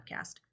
podcast